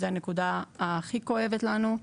זו הנקודה הכי כואבת לנו,